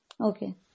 okay